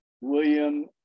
William